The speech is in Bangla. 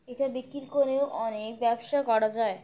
এটা বিক্রি করেও অনেক ব্যবসা করা যায়